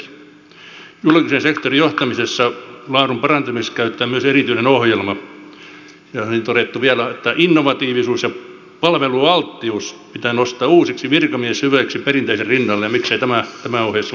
julkisen sektorin johtamisen laadun parantamiseksi käynnistetään myös erityinen ohjelma ja on todettu vielä että innovatiivisuus ja palvelualttius pitää nostaa uusiksi virkamieshyveiksi perinteisten rinnalle ja miksei tämä ohje sovi meille kansanedustajillekin